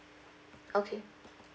okay